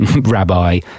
rabbi